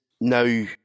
now